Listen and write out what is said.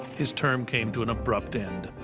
his term came to an abrupt end.